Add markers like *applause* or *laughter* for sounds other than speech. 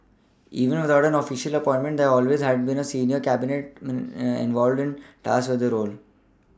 *noise* even without an official appointment there had always been a senior Cabinet *hesitation* environment tasked with the role